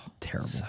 terrible